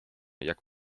jak